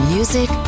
Music